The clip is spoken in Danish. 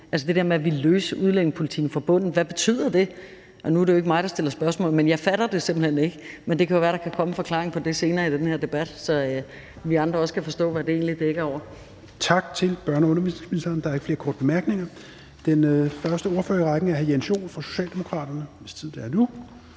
altså det der med at ville løse udlændingepolitikken fra bunden. Hvad betyder det? Nu er det ikke mig, der stiller spørgsmål, men jeg fatter det simpelt hen ikke. Men det kan jo være, der kan komme en forklaring på det senere i den her debat, så vi andre også kan forstå, hvad det egentlig dækker over. Kl. 16:18 Fjerde næstformand (Rasmus Helveg Petersen): Tak til børne og undervisningsministeren, der er ikke flere korte bemærkninger. Den første ordfører i rækken er hr. Jens Joel fra Socialdemokraterne, hvis tid det er nu.